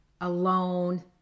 alone